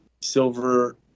silver